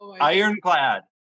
Ironclad